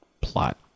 plot